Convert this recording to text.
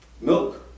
milk